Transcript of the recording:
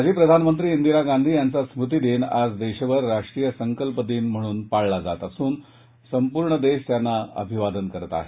माजी प्रधानमंत्री इंदिरा गांधी यांचा स्मृतिदिन आज देशभर राष्ट्रीय संकल्प दिन म्हणून पाळला जात असून संपूर्ण देश त्यांना अभिवादन करत आहे